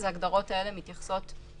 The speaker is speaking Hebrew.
ההגדרות האלה מתייחסות לזה.